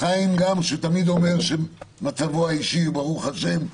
חיים גם כשהוא תמיד אומר שמצבו האישי הוא ברוך השם,